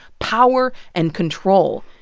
power and control.